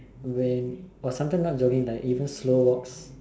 when or sometimes not jogging even slow walks